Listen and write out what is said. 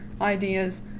ideas